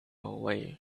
away